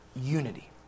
unity